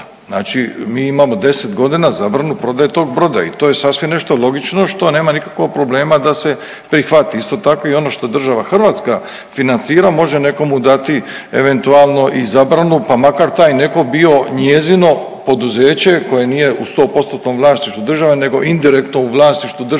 Znači mi imamo 10 godina zabranu prodaje tog broda i to je sasvim nešto logično što nema nikakvog problema da se prihvati. Isto tako, ono to država Hrvatska financira, može nekomu dati i eventualno i zabranu, pa makar taj netko bio njezino poduzeće koje nije u 100 postotnom vlasništvu države nego indirektno u vlasništvu državnih